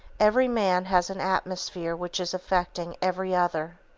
every man has an atmosphere which is affecting every other.